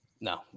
No